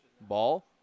ball